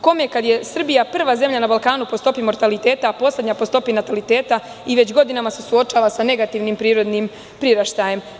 Kome, kad je Srbija prva zemlja na Balkanu po stopi mortaliteta, a poslednja po stopi nataliteta i već godinama se suočava sa negativnim prirodnim priraštajem.